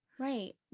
Right